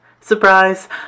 Surprise